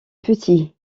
petits